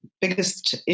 biggest